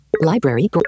Library